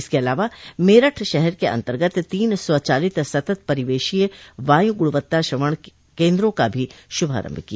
इसके अलावा मेरठ शहर के अन्तर्गत तीन स्वचालित सतत परिवेशीय वायु गुणवत्ता अनुश्रवण केन्द्रों का भी शुभारम्भ किया